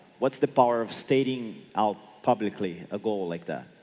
what's the power of stating out publicly a goal like that?